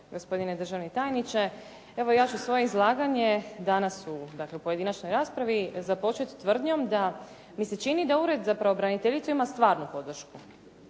gospodine državni tajniče. Evo, ja ću svoje izlaganje danas u pojedinačnoj raspravi započeti tvrdnjom da mi se čini da ured za pravobraniteljicu ima stvarnu podršku,